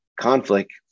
conflict